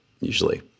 usually